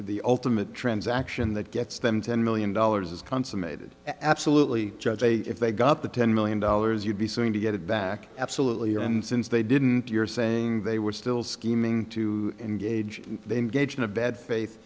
the ultimate transaction that gets them ten million dollars is consummated absolutely judge a if they got the ten million dollars you'd be suing to get it back absolutely and since they didn't you're saying they were still scheming to engage they engage in a bad faith